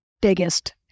Biggest